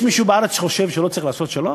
יש מישהו בארץ שחושב שלא צריך לעשות שלום?